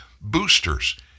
boosters